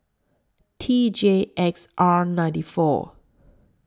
T J X R ninety four